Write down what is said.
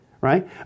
right